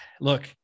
look